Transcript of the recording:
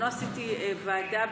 אני אומרת לך שבזמנו עשיתי ועדה שגלנט